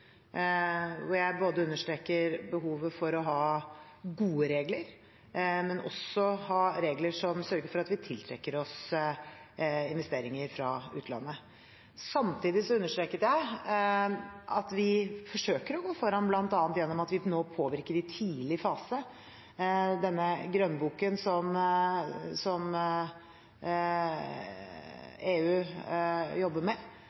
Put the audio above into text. jeg understreket behovet for å ha gode regler, men også ha regler som sørger for at vi tiltrekker oss investeringer fra utlandet. Samtidig understreket jeg at vi forsøker å gå foran bl.a. gjennom at vi nå påvirker i tidlig fase denne grønnboken som EU jobber med.